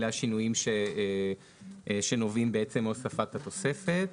זה השינוי שנובע מהוספת התוספת.